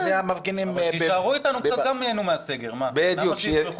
אתם יכולים להיות ישרים ולהגיד: